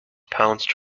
pounced